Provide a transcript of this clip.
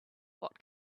what